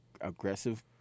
aggressive